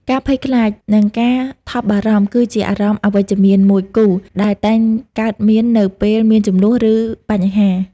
ការភ័យខ្លាច និងការថប់បារម្ភ គឺជាអារម្មណ៍អវិជ្ជមានមួយគូដែលតែងកើតមាននៅពេលមានជម្លោះ ឬបញ្ហា។